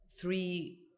three